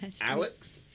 Alex